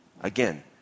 Again